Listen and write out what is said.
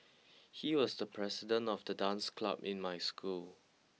he was the president of the dance club in my school